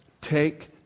take